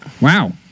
Wow